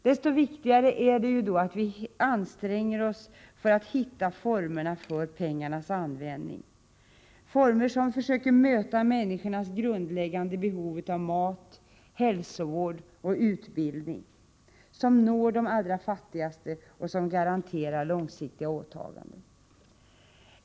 Desto viktigare är det att vi verkligen anstränger oss för att hitta former för pengarnas användning, former som försöker möta människors grundläggande behov av mat, hälsovård och utbildning och som når de allra fattigaste och garanterar långsiktiga åtaganden.